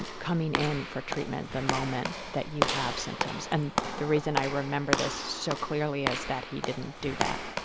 and coming in for treatment the moment that you have symptoms. and the reason i remember this so clearly is that he didn't do that.